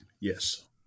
Yes